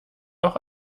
auch